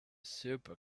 super